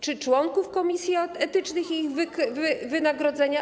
Czy członków komisji etycznych i ich wynagrodzenia?